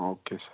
okay sir